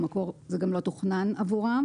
במקור זה גם לא תוכנן עבורם.